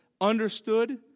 understood